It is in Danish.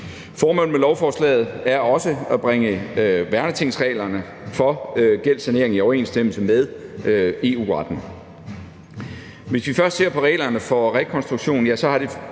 Formålet med lovforslaget er også at bringe værnetingsreglerne for gældssanering i overensstemmelse med EU-retten. Hvis vi først ser på reglerne for rekonstruktion, har de